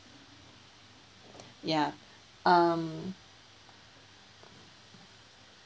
ya um